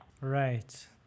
Right